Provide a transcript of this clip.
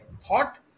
thought